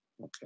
Okay